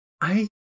I-